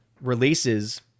releases